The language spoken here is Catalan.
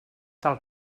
tal